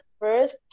first